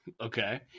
Okay